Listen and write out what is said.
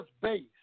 base